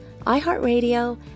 iHeartRadio